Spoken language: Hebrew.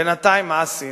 בינתיים, מה עשינו?